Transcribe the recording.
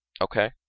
Okay